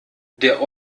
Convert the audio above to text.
der